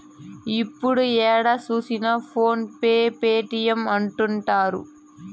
ఇప్పుడు ఏడ చూసినా ఫోన్ పే పేటీఎం అంటుంటారు